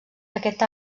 aquest